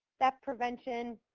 theft prevention,